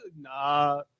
Nah